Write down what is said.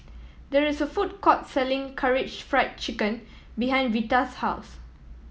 there is a food court selling Karaage Fried Chicken behind Vita's house